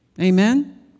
amen